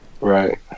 Right